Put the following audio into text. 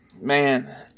man